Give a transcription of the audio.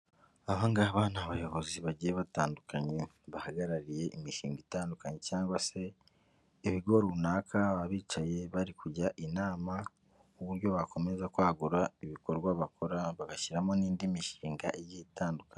Aba ngaba ni abayobozi bagiye batandukanye ,bahagarariye imishinga itandukanye cyangwa se ibigo runaka, baba bicaye bari kujya inama ku buryo bakomeza kwagura ibikorwa bakora bagashyiramo n'indi mishinga igiye itandukanye.